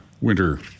winter